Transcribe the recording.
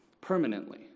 permanently